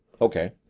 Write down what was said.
Okay